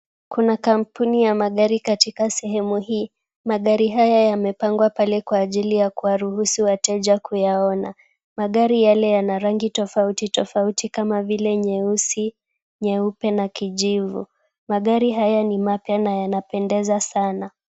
Kuna kampuni ya magari katika sehemu hii. Magari haya yamepangwa pale kwa ajili ya kuwaruhusu wateja kuyaona. Magari yale yana rangi tofauti tofauti kama vile nyeusi, nyeupe na kijivu. Magari haya ni mapya na yanapendeza sana.